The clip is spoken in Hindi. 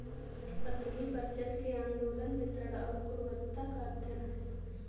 पृथ्वी पर जल के आंदोलन वितरण और गुणवत्ता का अध्ययन है